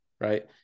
right